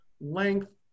length